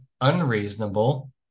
unreasonable